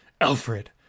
Alfred